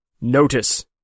Notice